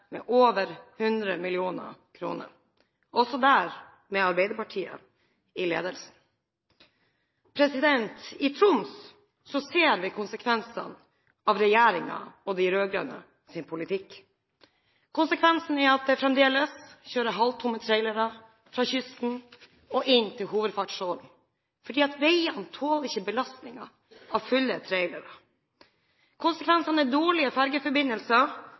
med over 100 mill. kr – også der med Arbeiderpartiet i ledelsen. I Troms ser vi konsekvensene av regjeringen og de rød-grønnes politikk. Konsekvensen er at det fremdeles kjøres halvtomme trailere fra kysten og inn til hovedfartsårene, fordi veiene tåler ikke belastningen av fulle trailere. Konsekvensen er dårlige fergeforbindelser,